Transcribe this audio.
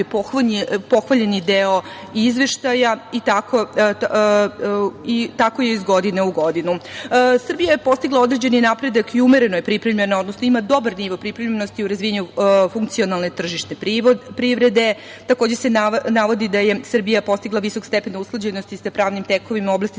pohvaljeni deo izveštaja i tako je iz godine u godinu. Srbija je postigla određeni napredak i umereno je pripremljena, odnosno ima dobar nivo pripremljenosti u razvijanju funkcionalne tržišne privrede. Takođe, se navodi da je Srbija postigla visok stepen usklađenosti sa pravnim tekovinama u oblasti